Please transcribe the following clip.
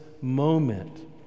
moment